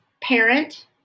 parent